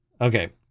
Okay